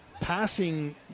Passing